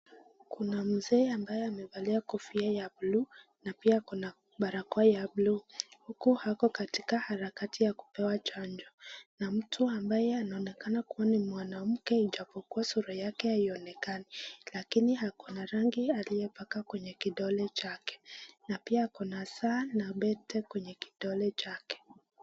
Kuna mzee ambaye amevalia kofia ya buluu na pia ako na barakoa ya buluu. Huku ako katika harakati ya kupewa chanjo na mtu ambaye anaonekana kuwa ni mwanamke ijapokuwa sura yake haionekani lakini ako na rangi aliyebaka kwenye kidole chake na pia ako na saa na pete kwenye kidole chake.